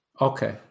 okay